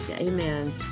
Amen